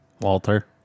Walter